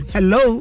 Hello